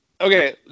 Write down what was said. okay